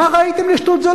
מה ראיתם לשטות זו,